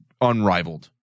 unrivaled